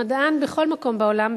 המדען בכל מקום בעולם,